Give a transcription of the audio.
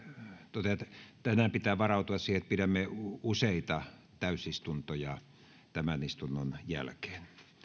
totean että tänään pitää varautua siihen että pidämme useita täysistuntoja tämän istunnon jälkeen